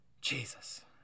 Jesus